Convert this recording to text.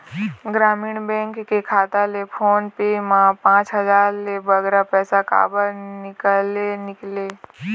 ग्रामीण बैंक के खाता ले फोन पे मा पांच हजार ले बगरा पैसा काबर निकाले निकले?